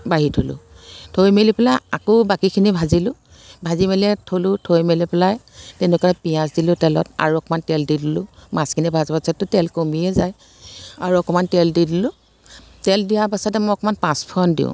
বাঢ়ি থলোঁ থৈ মেলি পেলাই আকৌ বাকীখিনি ভাজিলোঁ ভাজি মেলিয়ে থ'লোঁ থৈ মেলি পেলাই তেনেকৈ পিঁয়াজ দিলোঁ তেলত আৰু অকণমান তেল দি দিলোঁ মাছখিনি পাছতো তেল কমিয়েই যায় আৰু অকণমান তেল দি দিলোঁ তেল দিয়াৰ পাছতে মই অকণমান পাঁচফোৰণ দিওঁ